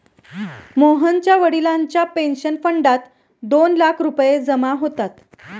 मोहनच्या वडिलांच्या पेन्शन फंडात दोन लाख रुपये जमा होतात